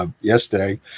Yesterday